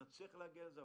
שנצליח להגיע לזה,